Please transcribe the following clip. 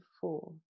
four